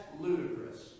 ludicrous